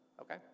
okay